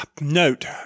Note